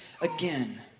again